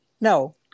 no